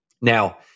Now